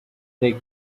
take